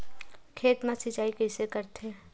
खेत मा सिंचाई कइसे करथे?